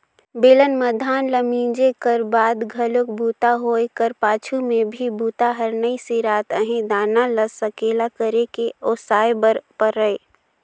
बेलन म धान ल मिंजे कर बाद घलोक बूता होए कर पाछू में भी बूता हर नइ सिरात रहें दाना ल सकेला करके ओसाय बर परय